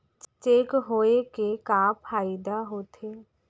Cheque होए के का फाइदा होथे?